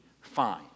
fine